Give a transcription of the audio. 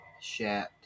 Shat